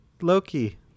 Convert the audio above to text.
Loki